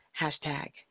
hashtag